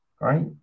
Right